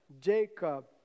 Jacob